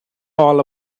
all